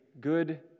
good